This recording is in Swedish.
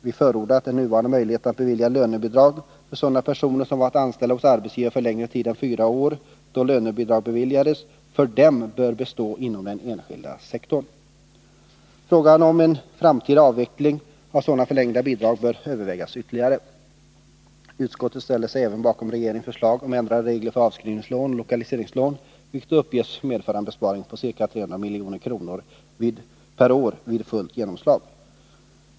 Vi förordar att den nuvarande möjligheten att bevilja lönebidrag för sådana personer som har varit anställda hos arbetsgivaren längre tid än fyra år bör bestå inom den enskilda sektorn. Frågan om en framtida avveckling av sådana förlängda bidrag bör övervägas ytterligare. Utskottet ställer sig även bakom regeringens förslag om ändrade regler för avskrivningslån och lokaliseringslån, vilket uppges medföra en besparing på ca 300 milj.kr. per år vid fullt genomslag.